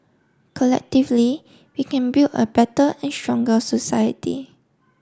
collectively we can build a better and stronger society